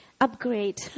upgrade